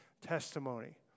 testimony